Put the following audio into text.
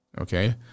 okay